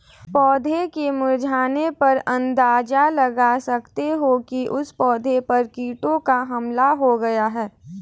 पौधों के मुरझाने पर आप अंदाजा लगा सकते हो कि उस पौधे पर कीटों का हमला हो गया है